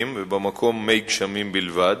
היישובים שער-אפרים וניצני-עוז מהמועצה האזורית לב-השרון